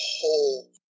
whole